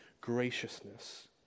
graciousness